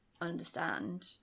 understand